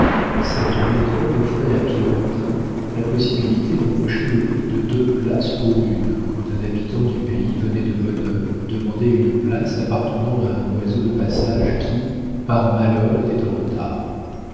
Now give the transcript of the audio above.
cette méthode offrait à pierrotin la possibilité d'empocher le prix de deux places pour une quand un habitant du pays venait de bonne heure demander une place appartenant à un oiseau de passage qui par malheur était en retard